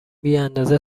بیاندازه